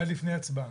עד לפני הצבעה.